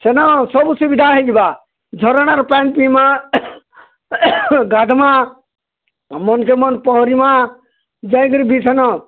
ସେନ ସବୁ ସୁବିଧା ହେଇଯିବା ଝରଣାର ପାନି ପିଇମାଁ ଗାଧ୍ମାଁ ମନ୍କେ ମନ୍ ପହଁରିବା ଯାଇକିରି ବି ସେନ